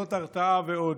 יכולות הרתעה ועוד.